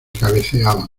cabeceaban